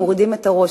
הם מורידים את הראש,